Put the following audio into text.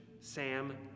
Sam